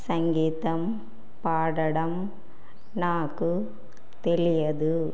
సంగీతం పాడడం నాకు తెలియదు